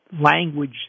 language